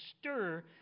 stir